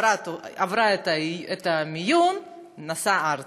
והיא עברה את המיון ונסעה ארצה.